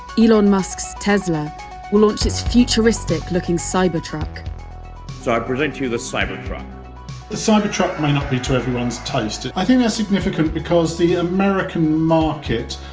elon musk's tesla will launch its futuristic-looking cybertruck so i present you the cybertruck the cybertruck may not be to everyone's taste i think that's significant because the american market,